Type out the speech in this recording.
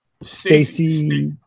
Stacy